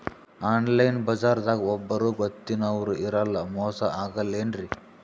Online ಬಜಾರದಾಗ ಒಬ್ಬರೂ ಗೊತ್ತಿನವ್ರು ಇರಲ್ಲ, ಮೋಸ ಅಗಲ್ಲೆನ್ರಿ?